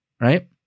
Right